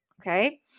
Okay